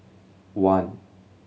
one